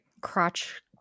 crotch